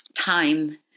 time